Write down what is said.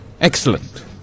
Excellent